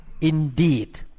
indeed